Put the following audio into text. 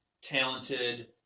talented